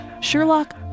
Sherlock